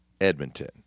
edmonton